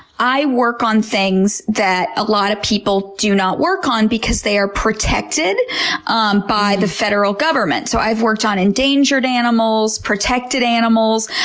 i work on things that a lot of people do not work on because they are protected um by the federal government. so i've worked on endangered animals, protected animals.